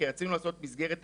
כי רצינו לעשות מסגרת תקציבית.